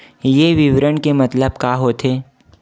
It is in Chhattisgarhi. ये विवरण के मतलब का होथे?